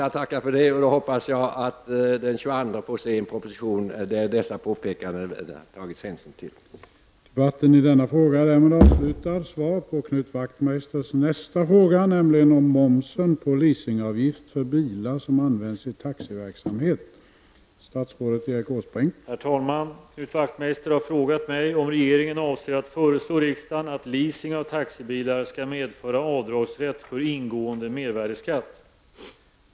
Jag tackar för detta och hoppas att jag den 22 oktober får se en proposition där man har tagit hänsyn till mina påpekanden.